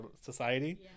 society